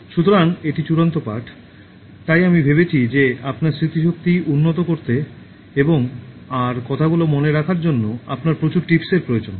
সুতরাং এটি চূড়ান্ত পাঠ তাই আমি ভেবেছি যে আপনার স্মৃতিশক্তি উন্নত করতে এবং আর কথাগুলো মনে রাখার জন্য আপনার প্রচুর টিপসের প্রয়োজন